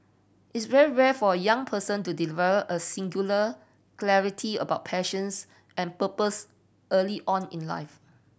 it's very rare for a young person to develop a singular clarity about passions and purpose early on in life